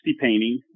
Painting